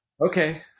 okay